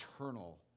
eternal